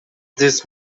this